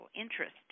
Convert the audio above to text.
interest